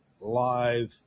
live